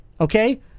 Okay